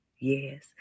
yes